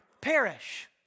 perish